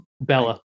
Bella